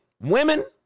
Women